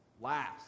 laughs